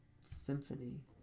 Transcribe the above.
symphony